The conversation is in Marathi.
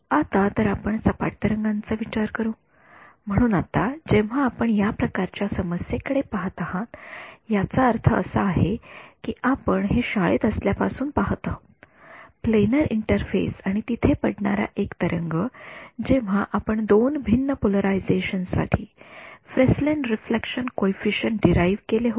आता तर आपण सपाट तरंगांचा विचार करू म्हणून आता जेव्हा आपण या प्रकारच्या समस्येकडे पहात आहात याचा अर्थ असा आहे की आपण हे शाळेत असल्या पासून पाहत आहोत प्लेनर इंटरफेस आणि तिथे पडणारा एक तरंग जेव्हा आपण दोन भिन्न पोलरायझेशन साठी फ्रेस्लेन रिफ्लेक्शन कॉइफिसिएंट डिराइव्ह केले होते